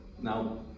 Now